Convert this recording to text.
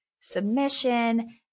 submission